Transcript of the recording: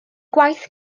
gwaith